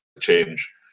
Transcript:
change